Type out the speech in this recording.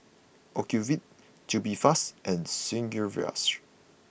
Ocuvite Tubifast and Sigvaris